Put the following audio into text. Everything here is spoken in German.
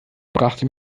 brachte